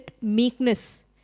meekness